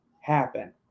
happen